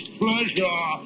pleasure